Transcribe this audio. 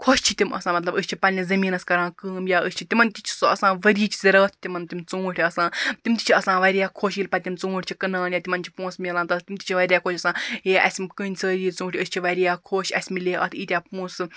خۄش چھِ تِم آسان مَطلَب أسۍ چھ پَنٕنِس زمیٖنَس کران کٲم یا أسۍ چھِ تِمَن تہِ چھِ سۅ آسان ؤریِچ زِراعت تِمن تِم ژوٗنٛٹھۍ آسان تِم تہِ چھِ آسان واریاہ خۄش ییٚلہِ پَتہٕ تِم ژوٗنٛٹھۍ چھِ کٕنان یا تِمَن چھِ پونٛسہٕ میلان تتھ تِم تہِ چھِ واریاہ خۄش گَژھان ہے اَسہِ یِم کٕنۍ سٲری ژوٗنٛٹھۍ أسۍ چھِ واریاہ خۄش اَسہِ میلے اتھ یٖتیٛاہ پونٛسہٕ